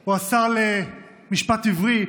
או השר למשפט עברי,